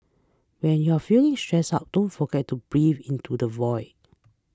when you are feeling stressed out don't forget to breathe into the void